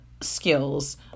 skills